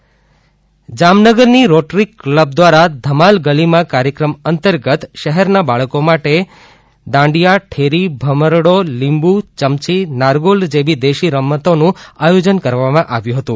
rotary club Jamnagar ની rotary club દ્વારા ધમાલ ગલીમાં કાર્યક્રમ અંતર્ગત શહેર ના બાળકો માટે મોઈ દાંડિયા ઠેરી ભમરડો લીંબુ યમચી નારગોલ જેવી દેશી રમતો નું આયોજન કરવામાં આવ્યું હતું